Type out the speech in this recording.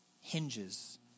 hinges